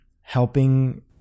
helping